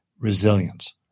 resilience